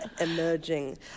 emerging